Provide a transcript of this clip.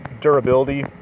durability